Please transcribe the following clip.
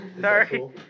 sorry